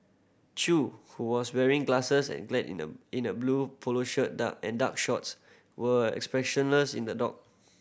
Chew who was wearing glasses and clad in a in a blue polo shirt and dark shorts were expressionless in the dock